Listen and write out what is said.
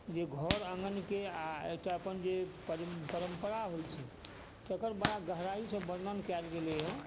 जे घर आङ्गनके आओर एकटा अपन जे परम्परा होइ छै तकर बड़ा गहराइसँ वर्णन कयल गेलै हँ